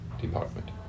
department